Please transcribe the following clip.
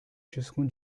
ciascun